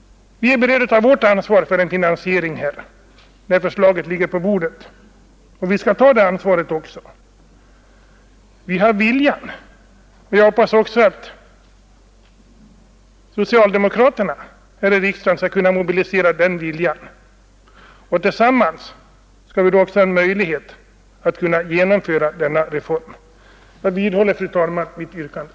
Vi är beredda att ta vårt ansvar för finansieringen, när förslaget ligger på bordet, och vi skall ta det ansvaret också. Vi har viljan, och jag hoppas även att socialdemokraterna här i riksdagen skall kunna mobilisera den viljan. Tillsammans skall vi då ha möjlighet att genomföra denna reform. Jag vidhåller, fru talman, mitt yrkande.